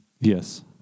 Yes